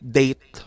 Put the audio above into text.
date